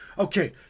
Okay